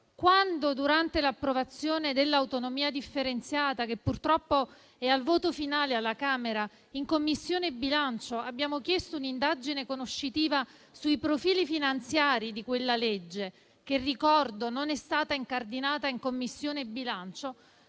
Quando, durante l'approvazione dell'autonomia differenziata, che purtroppo è al voto finale alla Camera, in Commissione bilancio abbiamo chiesto un'indagine conoscitiva sui profili finanziari di quella legge (che, ricordo, non è stata incardinata in Commissione bilancio),